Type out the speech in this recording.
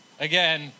Again